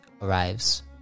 arrives